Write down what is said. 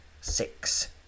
Six